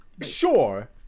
Sure